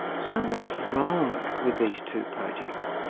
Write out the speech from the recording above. so what's wrong with these two projects?